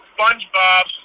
Spongebob